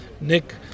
Nick